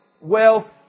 wealth